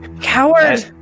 Coward